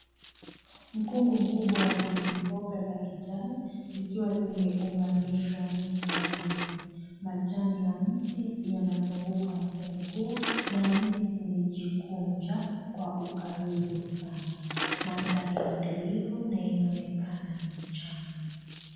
Mkungu mkubwa wa ndizi mboga za kijani zikiwa zimeunganishwa mti wa ndizi. Majani ya mti yanazunguka mkungu huo na ndizi zimejikunja kwa ukaribu sana. Mandhari ni tulivu na inaonekana ni mchana.